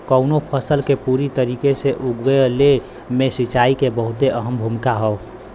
कउनो फसल के पूरी तरीके से उगले मे सिंचाई के बहुते अहम भूमिका हौ